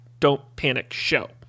Don'tPanicShow